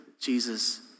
Jesus